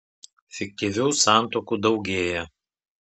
fiktyvių santuokų daugėja